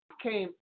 came